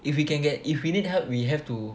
if you can get if you need help we have to